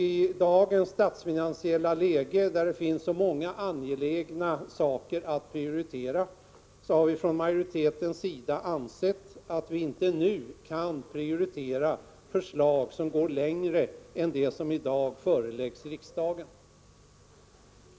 I dagens statsfinansiella läge, där det finns så många angelägna saker att prioritera, har majoriteten ansett att vi inte nu kan prioritera förslag som går längre än det som i dag förelagts riksdagen.